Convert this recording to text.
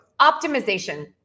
optimization